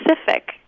specific